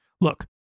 Look